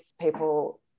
people